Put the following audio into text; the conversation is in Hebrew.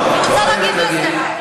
לא, את לא חייבת להגיב.